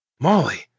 Molly